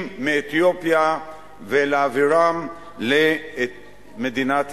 מאתיופיה ולהעבירם למדינת ישראל.